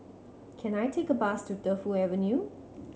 can I take a bus to Defu Avenue